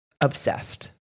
obsessed